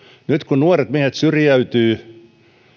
kun nuoret miehet syrjäytyvät